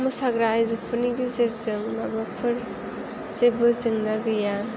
मोसाग्रा आइजोफोरनि गेजेरजों माबाफोर जेबो जेंना गैया